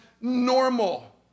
normal